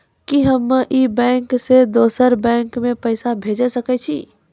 कि हम्मे इस बैंक सें दोसर बैंक मे पैसा भेज सकै छी?